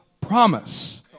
promise